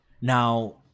Now